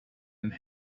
and